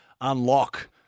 unlock